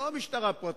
לא משטרה פרטית,